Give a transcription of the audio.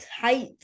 height